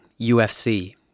UFC